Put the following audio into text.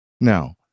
Now